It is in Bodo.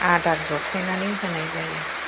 आदार जथायनानै होनाय जायो